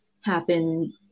happen